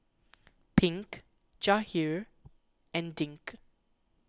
Pink Jahir and Dink